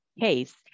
case